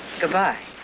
goodbye.